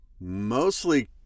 Mostly